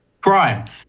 crime